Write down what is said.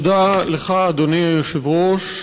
תודה לך, אדוני היושב-ראש.